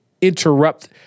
interrupt